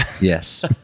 Yes